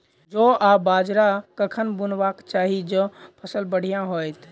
जौ आ बाजरा कखन बुनबाक चाहि जँ फसल बढ़िया होइत?